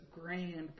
grand